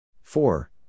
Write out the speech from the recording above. four